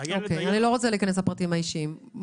--- תשתדל לא להיכנס לפרטים אישיים.